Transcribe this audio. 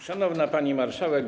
Szanowna Pani Marszałek!